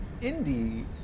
indie